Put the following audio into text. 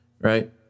right